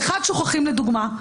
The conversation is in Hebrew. לדוגמה,